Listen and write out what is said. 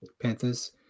Panthers